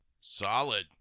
solid